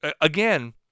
again